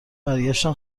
برگشتن